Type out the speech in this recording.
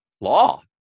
law